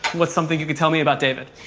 what's something you could tell me about david?